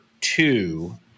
two